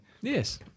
Yes